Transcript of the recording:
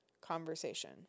conversation